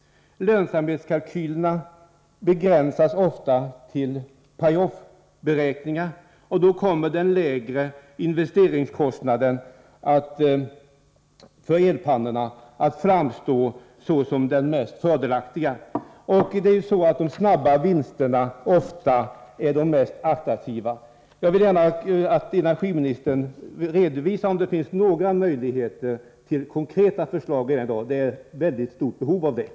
Lönsamhetskalkylerna begränsas ofta till pay off-beräkningar, och då kommer den lägre investeringskostnaden när det gäller elpannorna att framstå som det mest fördelaktiga. Det är ju så att de snabba vinsterna ofta är de mest attraktiva. Jag vill gärna att energiministern redovisar om det finns några möjligheter till konkreta förslag redan i dag. Det är ett mycket stort behov av detta.